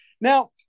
Now